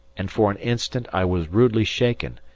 and for an instant i was rudely shaken,